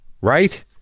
right